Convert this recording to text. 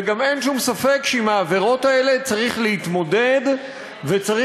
וגם אין שום ספק שעם העבירות האלה צריך להתמודד וצריך